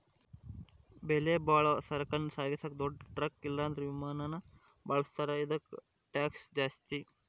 ಬೆಲೆಬಾಳೋ ಸರಕನ್ನ ಸಾಗಿಸಾಕ ದೊಡ್ ಟ್ರಕ್ ಇಲ್ಲಂದ್ರ ವಿಮಾನಾನ ಬಳುಸ್ತಾರ, ಇದುಕ್ಕ ಟ್ಯಾಕ್ಷ್ ಜಾಸ್ತಿ